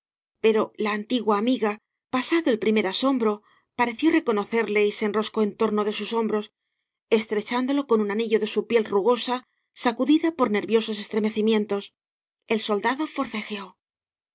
pero la antigua amiga pasado el primer asombro pareció reconocerle y se enroscó en torno de sus hombros estrechándolo con un anillo de su piel rugosa sacudida por nerviosos es tremecimientos el soldado forcejeó